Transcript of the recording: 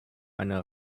eine